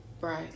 right